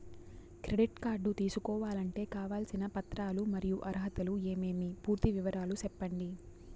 Credit card తీసుకోవాలంటే కావాల్సిన పత్రాలు మరియు అర్హతలు ఏమేమి పూర్తి వివరాలు సెప్పండి?